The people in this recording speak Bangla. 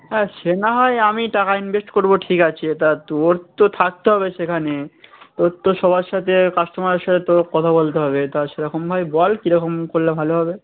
হ্যাঁ সে না হয় আমি টাকা ইনভেস্ট করব ঠিক আছে তা তোর তো থাকতে হবে সেখানে তোর তো সবার সাথে কাস্টমারের সাথে তোর কথা বলতে হবে তা সেই রকমভাবে বল কিরকম করলে ভালো হবে